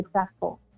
successful